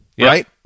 right